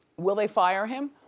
will they fire him?